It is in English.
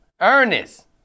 Ernest